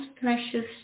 precious